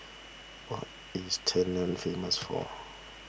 what is Tallinn famous for